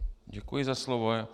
Děkuji za slovo.